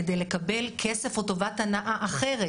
כדי לקבל כסף, או טובת הנאה אחרת,